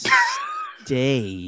stay